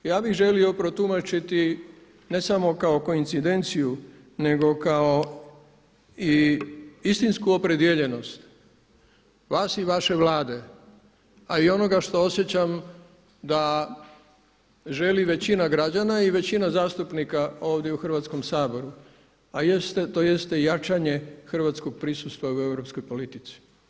Ja bih želio protumačiti ne samo kao koincidenciju nego kao i istinsku opredijeljenost vas i vaše Vlade a i onoga što osjećam da želi većina građana i većina zastupnika ovdje u Hrvatskom saboru a to jeste jačanje hrvatskog prisustva u Europskoj politici.